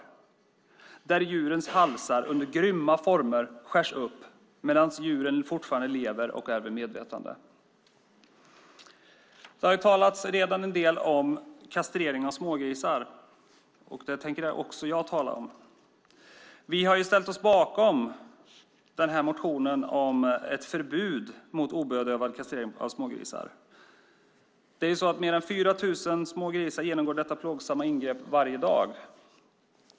Det är kött där djurens halsar under grymma former skärs upp medan djuren fortfarande lever och är vid medvetande. Det har redan talats en del om kastrering av smågrisar. Det tänker också jag tala om. Vi har ställt oss bakom motionen om ett förbud mot obedövad kastrering av smågrisar. Mer än 4 000 smågrisar genomgår detta plågsamma ingrepp varje dag.